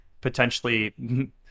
potentially